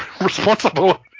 responsible